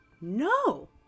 no